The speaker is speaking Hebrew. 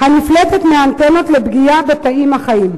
הנפלטת מאנטנות לפגיעה בתאים החיים.